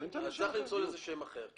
אז צריך למצוא לזה שם אחר.